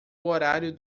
horário